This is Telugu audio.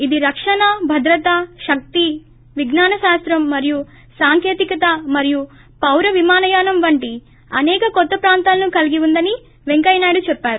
ఇది రక్షణ భద్రత శక్తి విజ్ఞానశాస్తం మరియు సాంకేతికత మరియు పౌర విమానయానం వంటి అనేక కొత్త ప్రాంతాలను కలిగి ఉందని పెంకయ్యనాయుడు చెప్పారు